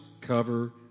cover